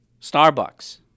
Starbucks